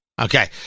okay